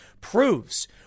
proves